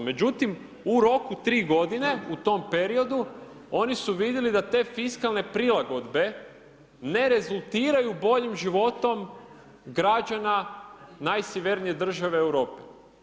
Međutim u roku 3 godine, u tom periodu oni su vidjeli da te fiskalne prilagodbe, ne rezultiraju boljim životom građana najsjevernije države Europe.